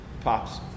pops